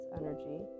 energy